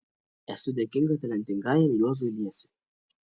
esu dėkinga talentingajam juozui liesiui